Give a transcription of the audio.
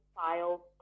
file